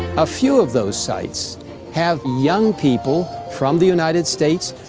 a few of those sites have young people from the united states,